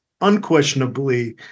unquestionably